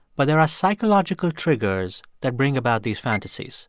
but there are psychological triggers that bring about these fantasies